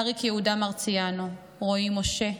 אריק יהודה מרציאנו, רועי משה,